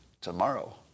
tomorrow